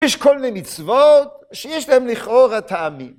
יש כל מני מצוות שיש להם לכאורה טעמים.